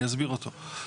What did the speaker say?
אני אסביר אותו.